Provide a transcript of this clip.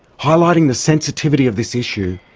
highlighting the sensitivity of this issue,